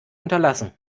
unterlassen